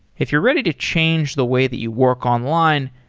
if you're ready to change the way that you work online,